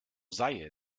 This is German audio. sei